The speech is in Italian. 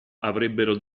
avrebbero